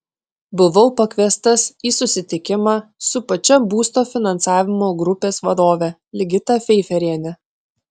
buvau pakviestas į susitikimą su pačia būsto finansavimo grupės vadove ligita feiferiene